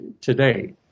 today